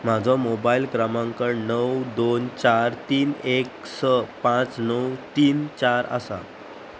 म्हजो मोबायल क्रमांक णव दोन चार तीन एक स पांच णव तीन चार आसा